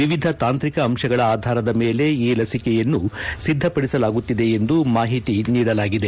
ವಿವಿಧ ತಾಂತ್ರಿಕ ಅಂಶಗಳ ಆಧಾರದ ಮೇಲೆ ಈ ಲಸಿಕೆಯನ್ನು ಸಿದ್ದಪಡಿಸಲಾಗುತ್ತಿದೆ ಎಂದು ಮಾಹಿತಿ ನೀಡಲಾಗಿದೆ